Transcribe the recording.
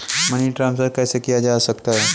Money transfer कैसे किया जा सकता है?